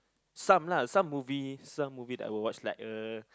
some lah some movie some move that I will watch like uh